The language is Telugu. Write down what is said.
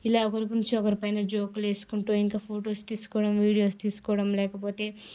ఇలా ఒకరి గురించి ఒకరిపైనా జోకులు వేసుకుంటూ ఇంకా ఫొటోస్ తీసుకోవడం వీడియోస్ తీసుకోవడం లేకపోతే ఇంకా